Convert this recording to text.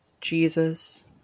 Jesus